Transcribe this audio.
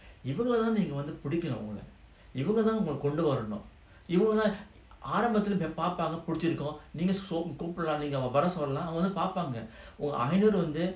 இவங்களைத்தான்நீங்கவந்துபிடிக்கணும்நீங்கஇவங்கதான்உங்களகொண்டுவரனும்இவங்கஆரம்பத்திலபார்ப்பாங்கபிடிச்சிருக்கும்நீங்ககூப்பிடலாம்வரசொல்லலாம்அவங்கவந்துபார்ப்பாங்க:ivangalathan neenga vandhu pidikanum neenga ivangathan unkala kondu varanum ivanga aarambathila paarpanga pidichirukum neenga koopdalam vara sollalam avanga vandhu parpanga